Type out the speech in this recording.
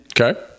Okay